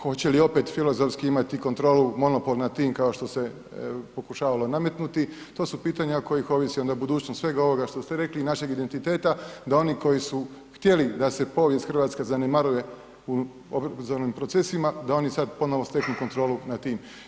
Hoće li opet Filozofski imati kontrolu, monopol nad time kao što se pokušavalo nametnuti to su pitanja o kojih onda ovisi budućnost svega ovoga što ste rekli i našeg identiteta da oni koji su htjeli da se povijest Hrvatske zanemaruje u obrazovnim procesima da oni sad ponovno steknu kontrolu nad tim.